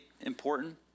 important